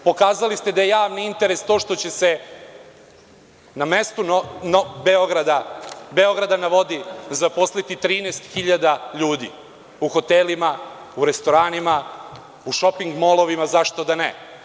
Pokazali ste da je javni interes to što će se na mestu „Beograda na vodi“ zaposliti 13.000 ljudi u hotelima, restoranima, šoping molovima, zašto da ne?